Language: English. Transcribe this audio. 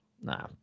Nah